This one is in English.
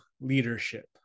leadership